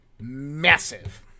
massive